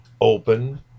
open